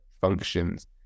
functions